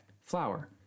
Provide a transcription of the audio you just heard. flour